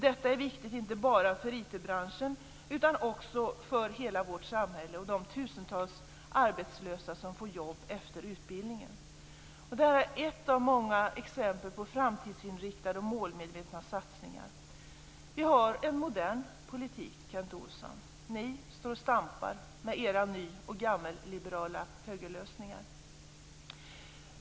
Detta är viktigt inte bara för IT-branschen utan också för hela vårt samhälle och de tusentals arbetslösa som får jobb efter utbildningen. Det här är ett av många exempel på framtidsinriktade och målmedvetna satsningar. Vi har en modern politik, Kent Olsson. Ni står och stampar med era ny och gammalliberala högerlösningar.